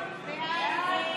הסתייגות 320 לא נתקבלה.